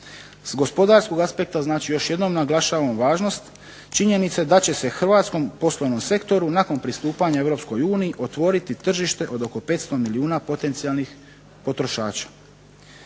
S gospodarskog aspekta znači još jednom naglašavamo važnost činjenice da će se hrvatskom poslovnom sektoru nakon pristupanja Europskoj uniji otvoriti tržište od oko 500 milijuna potencijalnih potrošača.